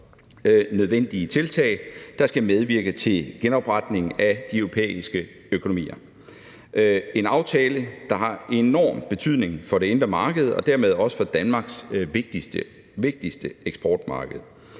nødvendige tiltag, der skal medvirke til genopretning af de europæiske økonomier. Det er også en aftale, der har enorm betydning for det indre marked og dermed også for Danmarks vigtigste eksportmarked.